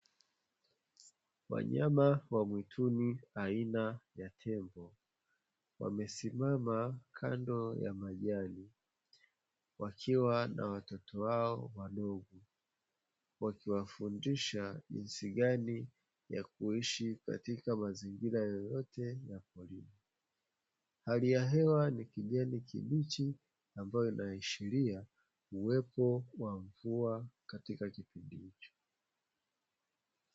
Wanyama wa mwituni aina ya tembo, wamesimama kando ya majani wakiwa na watoto wao wadogo, wakiwafundisha jinsi gani ya kuishi katika mazingira yoyote ya mwitu. Hali ya hewa ya kijani kibichi ambayo inaashiria uwepo wa mvua katika kipindi hicho.